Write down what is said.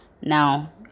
now